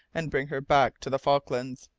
and bring her back to the falklands.